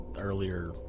earlier